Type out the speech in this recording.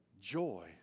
joy